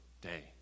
day